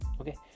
Okay